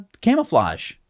camouflage